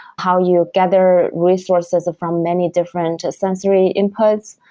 how you gather resources from many different sensory inputs,